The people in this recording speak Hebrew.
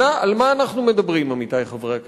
על מה אנחנו מדברים, עמיתי חברי הכנסת?